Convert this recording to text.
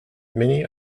many